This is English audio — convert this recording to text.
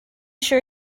sure